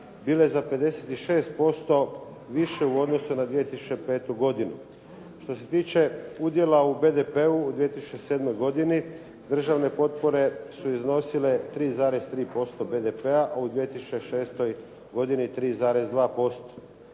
bile za 56% više u odnosu na 2005. godinu. Što se tiče udjela u BDP-u u 2007. godini državne potpore su iznosile 3,3 BDP-a a u 2006. godini 3,2%.